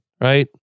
right